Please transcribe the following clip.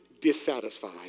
dissatisfied